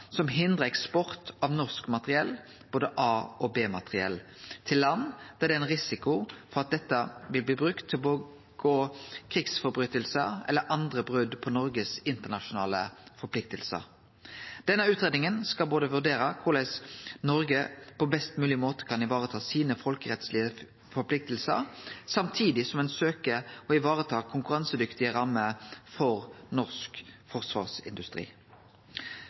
som hindrar eksport av norsk materiell, både A- og B-materiell, til land der det er ein risiko for at dette vil bli brukt til å gjere krigsbrotsverk eller andre brot på Noregs internasjonale forpliktingar. Denne utgreiinga skal vurdere korleis Noreg på best mogleg måte kan vareta sine folkerettslege forpliktingar, samtidig som ein søkjer å vareta konkurransedyktige rammer for norsk forsvarsindustri.